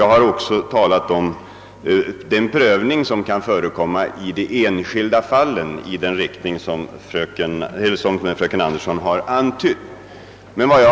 Jag har också omnämnt den prövning, som kan förekomma i de enskilda fallen och som fröken Anderson antydde.